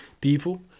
people